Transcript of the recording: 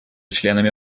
членами